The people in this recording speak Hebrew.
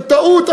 זו טעות,